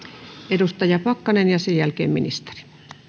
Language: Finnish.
edustaja pakkanen ja sen jälkeen ministeri